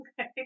Okay